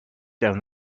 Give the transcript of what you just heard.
down